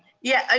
yeah, ah